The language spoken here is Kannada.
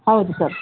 ಹೌದು ಸರ್